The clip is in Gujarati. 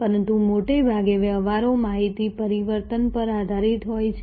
પરંતુ મોટાભાગે વ્યવહારો માહિતી પરિવર્તન પર આધારિત હોય છે